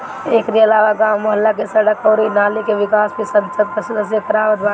एकरी अलावा गांव, मुहल्ला के सड़क अउरी नाली के निकास भी संसद कअ सदस्य करवावत बाने